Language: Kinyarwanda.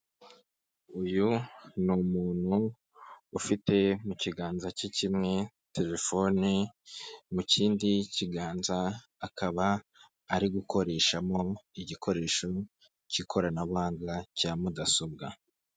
Uyu ni umuntu ufite mu kiganza ke kimwe telefoni, mu kindi kiganza akaba ari gukoreshamo igikoresho k'ikoranabuhanga cya mudasobwa.